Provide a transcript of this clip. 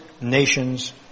nations